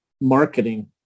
marketing